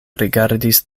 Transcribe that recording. rigardis